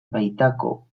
baitako